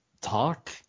talk